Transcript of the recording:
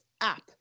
app